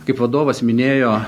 kaip vadovas minėjo